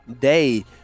day